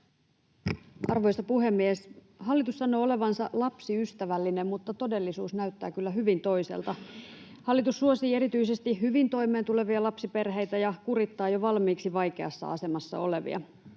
Arvoisa puhemies! Hallitus sanoo olevansa lapsiystävällinen, mutta todellisuus näyttää kyllä hyvin toiselta. Hallitus suosii erityisesti hyvin toimeentulevia lapsiperheitä ja kurittaa jo valmiiksi vaikeassa asemassa olevia.